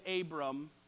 Abram